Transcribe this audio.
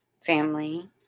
family